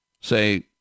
say